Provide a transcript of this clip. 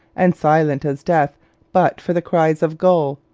and silent as death but for the cries of gull,